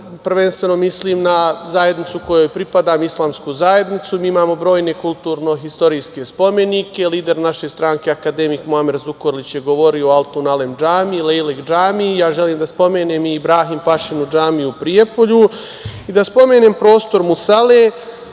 prvenstveno mislim na zajednicu kojoj pripadam, islamsku zajednicu. Mi imamo brojne kulturno-istorijske spomenike. Lider naše stranke akademik Muamer Zukorlić je govorio o altunalem džamiji – lejlek džamiji. Ja želim da spomenem i Ibrahim pašinu džamiju u Prijepolju i da spomenem prostor musale.